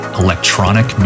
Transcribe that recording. electronic